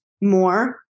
more